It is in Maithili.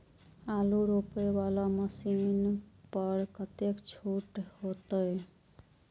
आलू रोपे वाला मशीन पर कतेक छूट होते?